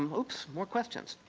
um oops, more questions.